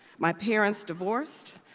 my parents divorced,